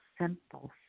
simple